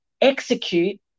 execute